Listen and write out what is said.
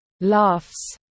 Laughs